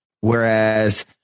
Whereas